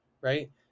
right